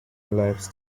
lifes